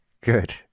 good